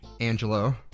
Angelo